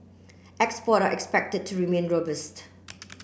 export are expected to remain robust